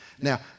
Now